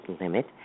limit